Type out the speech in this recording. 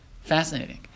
Fascinating